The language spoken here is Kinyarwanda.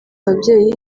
ababyeyi